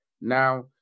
Now